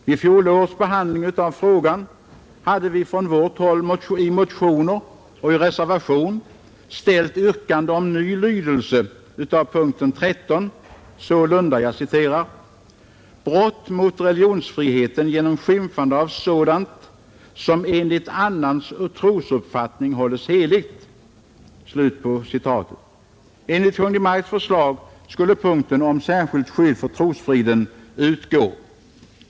Vid fjolårets behandling av frågan hade vi från vårt håll i motioner och i reservation ställt yrkande om ny lydelse av punkten 13 enligt följande: ”brott mot religionsfriheten genom skymfande av sådant som enligt annans trosuppfattning hålles heligt”. Enligt Kungl. Maj:ts förslag skulle punkten om särskilt skydd för trosfriden utgå.